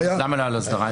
למה לא הייתה לו הסדרה?